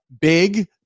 Big